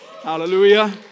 Hallelujah